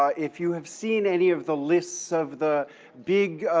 ah if you have seen any of the lists of the big,